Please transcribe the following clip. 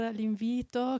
l'invito